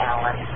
Alan